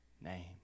name